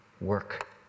Work